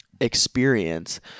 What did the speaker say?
experience